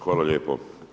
Hvala lijepo.